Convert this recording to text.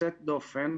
יוצאת דופן,